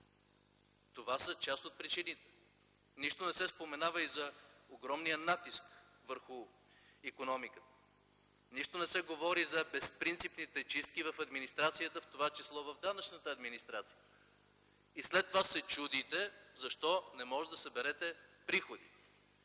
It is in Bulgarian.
Това са част от причините. Нищо не се споменава и за огромния натиск върху икономиката. Нищо не се говори за безпринципните чистки в администрацията, в това число в данъчната администрация. И след това се чудите, защо не може да съберете приходи,